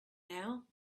now